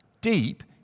deep